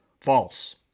False